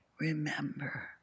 remember